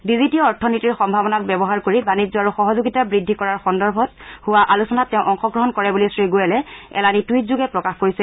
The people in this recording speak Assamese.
ডিজিটিয় অথনীতিৰ সম্ভাৱনাক ব্যৱস্থাৰ কৰি বাণিজ্য আৰু সহযোগিতা বৃদ্ধি কৰা সন্দৰ্ভত হোৱা আলোচনাত তেওঁ অংশগ্ৰহণ কৰে বুলি শ্ৰীগোৱেলে এলানি টুইট যোগে প্ৰকাশ কৰিছে